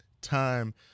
time